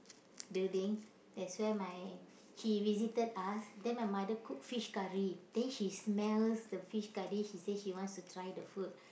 building that's where my she visited us then my mother cook fish curry then she smells the fish curry she says she wants to try the food